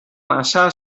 massa